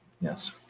Yes